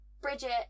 Bridget